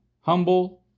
Humble